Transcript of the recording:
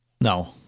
No